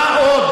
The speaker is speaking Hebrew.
מה עוד?